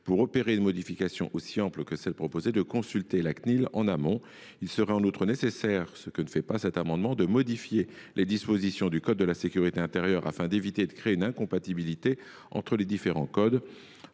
pour opérer une modification aussi ample que celle proposée, de consulter la Cnil en amont. Il serait en outre nécessaire, ce que cet amendement n’a pas pour objet de prévoir, de modifier les dispositions du code de la sécurité intérieure afin d’éviter de créer une incompatibilité entre les différents codes.